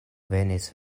venis